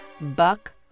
Buck